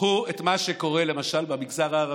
קחו את מה שקורה למשל במגזר הערבי.